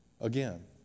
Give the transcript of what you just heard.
again